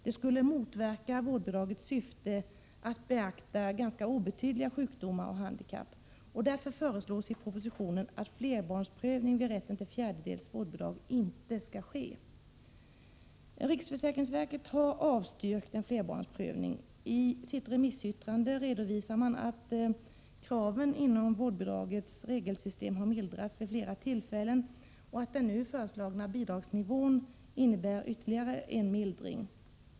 Det skulle motverka vårdbidragets syfte att beakta ganska obetydliga sjukdomar och handikapp. Därför föreslås i propositionen att flerbarnsprövning vid rätten till fjärdedels vårdbidrag inte skall ske. Riksförsäkringsverket har också avstyrkt en sådan flerbarnsprövning. I remissyttrandet redovisas att kraven inom vårdbidragets regelsystem har mildrats vid flera tillfällen och att den nu föreslagna bidragsnivån innebär ytterligare en mildring.